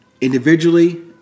Individually